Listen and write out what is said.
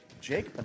Jake